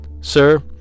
Sir